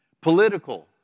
Political